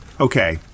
Okay